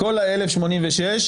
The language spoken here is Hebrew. בכל ה-1,086.